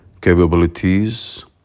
capabilities